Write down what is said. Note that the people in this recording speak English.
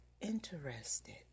interested